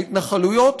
ההתנחלויות